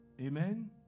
Amen